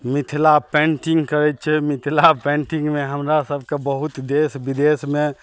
Mithila painting करै छियै मिथिला पेन्टिंगमे हमरा सभके बहुत देश विदेशमे